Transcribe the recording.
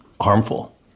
harmful